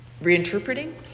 reinterpreting